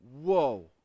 whoa